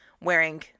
wearing